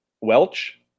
Welch